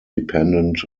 dependent